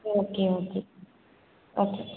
okay okay okay